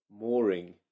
mooring